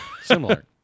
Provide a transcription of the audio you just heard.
Similar